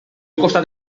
costat